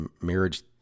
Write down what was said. marriage